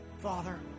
Father